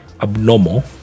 abnormal